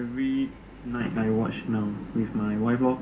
every night I watch with my wife lor